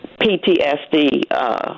PTSD